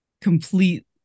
complete